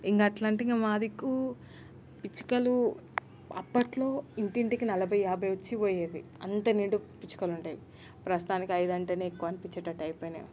ఇంకా అట్లా అంటే ఇంకా మా దిక్కు పిచ్చుకలు అప్పట్లో ఇంటింటికీ నలభై యాభై వచ్చిపోయేవి అంత నిండు పిచ్చుకలు ఉంటాయి ప్రస్తుతానికి ఐదు అంటేనే ఎక్కువ అనిపించేటట్టు అయిపోయాయి